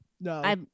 No